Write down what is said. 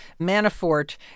Manafort